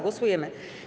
Głosujemy.